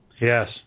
Yes